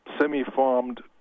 semi-farmed